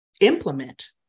implement